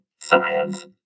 Science